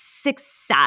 success